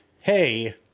hey